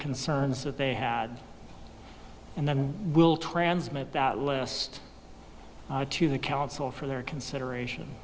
concerns that they had and then we'll transmit that list to the council for their consideration